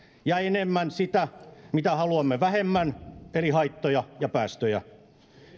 ja enemmän sitä mitä haluamme vähemmän eli haittoja ja päästöjä